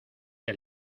que